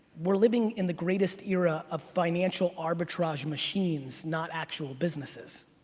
we're living in the greatest era of financial arbitrage machines, not actual businesses.